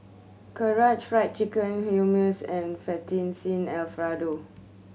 Karaage Fried Chicken Hummus and Fettuccine Alfredo